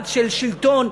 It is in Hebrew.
זה בסדר.